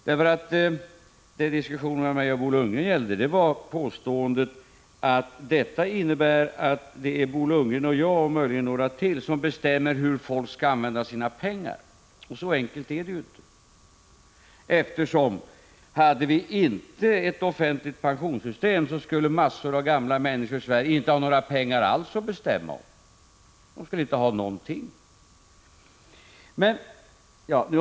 Den diskussion som Bo Lundgren och jag förde gällde påståendet att det är Bo Lundgren och jag — och möjligen ytterligare några — som bestämmer hur folk skall använda sina pengar. Men så enkelt är det inte. Om vi inte hade ett offentligt pensionssystem, skulle en mängd gamla människori = Prot. 1985/86:158 Sverige inte ha några pengar alls att bestämma över. De skulle inte ha 2juni 1986 någonting.